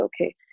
okay